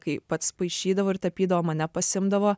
kai pats paišydavo ir tapydavo mane pasiimdavo